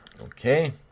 Okay